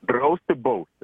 drausti bausti